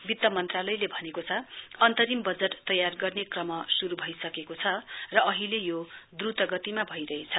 वित्त मन्त्रालयले भनेको छ अन्तरिम वजट तयार गर्ने क्रम शुरु भइसकेको छ र अहिले यो द्रुत गतिमा भइरहेछ